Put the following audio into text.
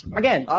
again